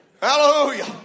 Hallelujah